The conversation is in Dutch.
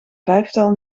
vijftal